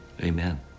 Amen